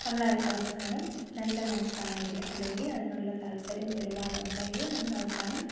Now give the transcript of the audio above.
നമ്മളവസാനം നല്ല മനസ്സാണെങ്കിൽ അല്ലെങ്കിൽ അതിനുള്ള താല്പര്യം ഒരുപാട് ഉണ്ടെങ്കിൽ നമ്മളവസാനം